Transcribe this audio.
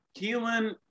Keelan